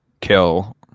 kill